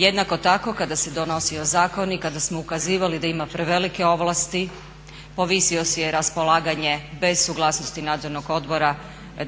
Jednako tako kada se donosio zakon i kada smo ukazivali da ima prevelike ovlasti povisio si je raspolaganje bez suglasnosti nadzornog odbora